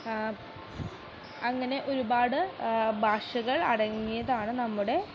അങ്ങനെ ഒരുപാട് ഭാഷകൾ അടങ്ങിയതാണ് നമ്മുടെ